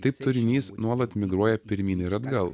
taip turinys nuolat migruoja pirmyn ir atgal